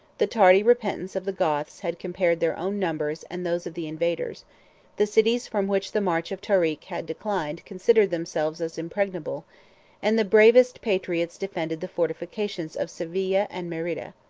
the tardy repentance of the goths had compared their own numbers and those of the invaders the cities from which the march of tarik had declined considered themselves as impregnable and the bravest patriots defended the fortifications of seville and merida.